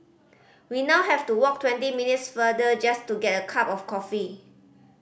we now have to walk twenty minutes farther just to get a cup of coffee